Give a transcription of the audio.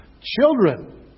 children